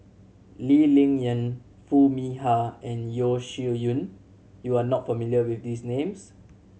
Lee Ling Yen Foo Mee Har and Yeo Shih Yun you are not familiar with these names